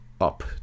up